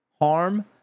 Harm